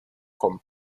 kommen